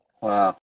Wow